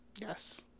Yes